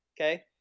okay